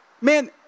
Man